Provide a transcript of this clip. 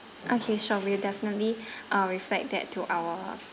okay sure we will definitely uh reflect that to our